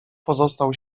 pozostał